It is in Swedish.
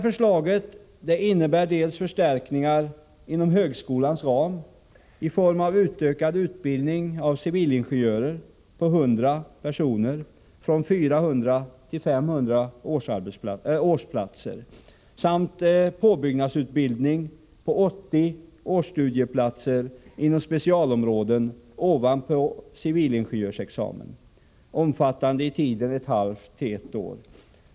Förslaget innebär bl.a. förstärkningar inom högskolans ram i form av en utökning av civilingenjörsutbildningen med 100 årsplatser, från 400 till 500. Dessutom föreslås en påbyggnadsutbildning ovanpå civilingenjörsexamen, med 80 studieplatser per år inom specialområden, i tid omfattande ett halvt till ett år.